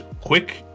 quick